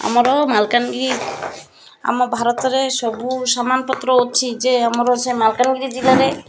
ଆମର ମାଲକାନଗିରି ଆମ ଭାରତରେ ସବୁ ସମାନପତ୍ର ଅଛି ଯେ ଆମର ସେ ମାଲକାନଗିରି ଜିଲ୍ଲାରେ